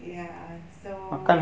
ya so